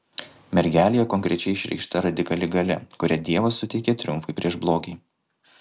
mergelėje konkrečiai išreikšta radikali galia kurią dievas suteikė triumfui prieš blogį